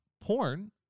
Porn